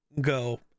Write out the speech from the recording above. go